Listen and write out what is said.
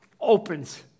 opens